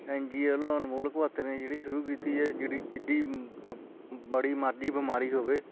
NGO ਵੱਲੋਂ ਅਨਮੋਲ ਕੁਆਤਰੇ ਨੇ ਜਿਹੜੀ ਸ਼ੁਰੂ ਕੀਤੀ ਹੈ ਜਿਹੜੀ ਜਿੱਡੀ ਬੜੀ ਮਰਜ਼ੀ ਬਿਮਾਰੀ ਹੋਵੇ